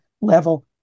level